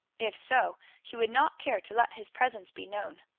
if so, he would not care to let his presence be known.